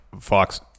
Fox